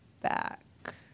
back